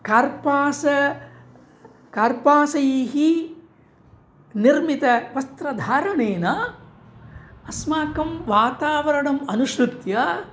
कार्पासः कर्पासैः निर्मितं वस्त्रधारणेन अस्माकं वातावरणम् अनुसृत्य